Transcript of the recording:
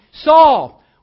Saul